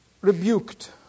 rebuked